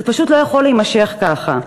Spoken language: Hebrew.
זה פשוט לא יכול להימשך ככה.